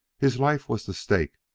his life was the stake,